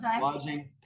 lodging